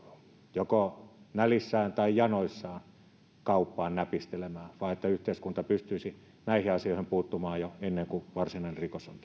joko nälissään tai janoissaan kauppaan näpistelemään vaan että yhteiskunta pystyisi näihin asioihin puuttumaan jo ennen kuin varsinainen rikos on